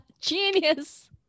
genius